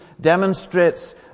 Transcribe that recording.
demonstrates